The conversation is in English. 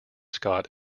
scott